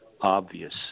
Obvious